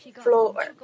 floor